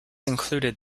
included